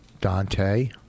Dante